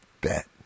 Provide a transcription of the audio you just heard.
bet